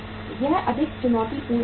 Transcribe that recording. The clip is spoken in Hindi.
यह अधिक चुनौतीपूर्ण स्थिति है